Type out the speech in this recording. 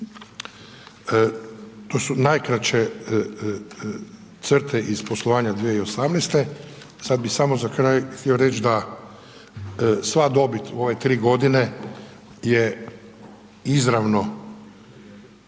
To su najkraće crte iz poslovanja 2018., sad bi samo za kraj htio reći da sva dobit u ove tri godine je izravno,